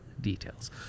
details